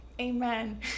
Amen